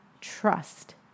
trust